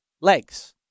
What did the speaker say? legs